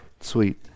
Sweet